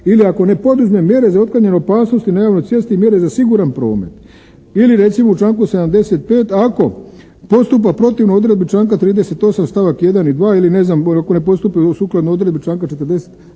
Ili ako ne poduzme mjere za otklanjanje opasnosti na javnoj cesti, mjere za siguran promet. Ili recimo, u članku 75. ako postupa protivno odredbi članka 38. stavak 1. i 2. ili ne znam, ako ne postupi sukladno odredbi članka 40.